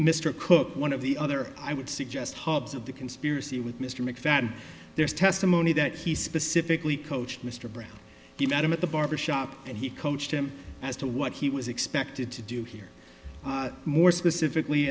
mr cook one of the other i would suggest hopes of the conspiracy with mr mcfadden there's testimony that he specifically coached mr brown he met him at the barbershop and he coached him as to what he was expected to do here more specifically